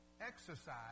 exercise